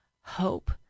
hope